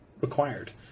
required